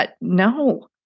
no